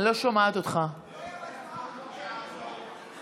חבר הכנסת רול,